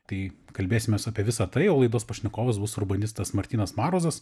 tai kalbėsimės apie visa tai o laidos pašnekovas bus urbanistas martynas marozas